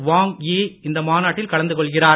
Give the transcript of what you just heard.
வாங்சயும் இந்த மாநாட்டில் கலந்து கொள்கிறார்